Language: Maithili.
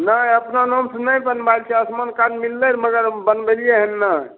नहि अपना नामसँ नहि बनबाइल छियै आयुष्मान कार्ड मिललै मगर बनबैलियै हन नहि